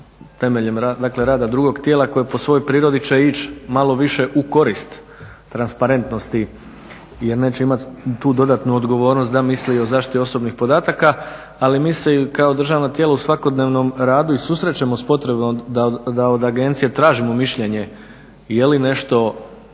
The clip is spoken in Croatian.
temeljem rada drugog tijela koji po svojoj prirodi će ići malo više u korist transparentnosti jer neće imat tu dodatnu odgovornost da misli o zaštiti osobnih podataka ali mi se kao državno tijelo u svakodnevnom radu i susrećemo s potrebom da od Agencije tražimo mišljenje je li nešto